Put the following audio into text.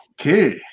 Okay